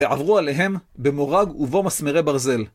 ועברו עליהם במורג ובו מסמרי ברזל.